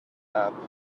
app